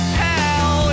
hell